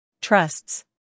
Trusts